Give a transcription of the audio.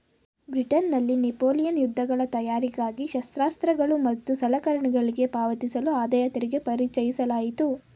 ಬ್ರಿಟನ್ನಲ್ಲಿ ನೆಪೋಲಿಯನ್ ಯುದ್ಧಗಳ ತಯಾರಿಗಾಗಿ ಶಸ್ತ್ರಾಸ್ತ್ರಗಳು ಮತ್ತು ಸಲಕರಣೆಗಳ್ಗೆ ಪಾವತಿಸಲು ಆದಾಯತೆರಿಗೆ ಪರಿಚಯಿಸಲಾಯಿತು